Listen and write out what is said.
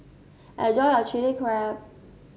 enjoy your Chili Crab